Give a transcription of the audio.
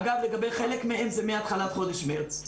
אגב, לגבי חלק מהם, זה מהתחלת חודש מרץ.